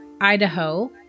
Idaho